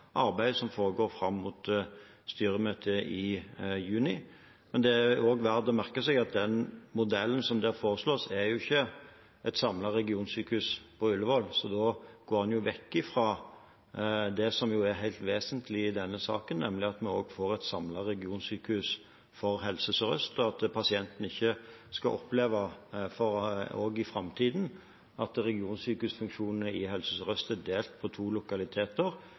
som foregår fram mot styremøtet i juni. Men det er også verdt å merke seg at den modellen som der foreslås, ikke er et samlet regionsykehus på Ullevål. Så da går man jo vekk fra det som er helt vesentlig i denne saken, nemlig at vi får et samlet regionsykehus for Helse Sør-Øst, og at pasientene i framtiden ikke skal oppleve at regionsykehusfunksjonene i Helse Sør-Øst er delt på to lokaliteter,